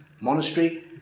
monastery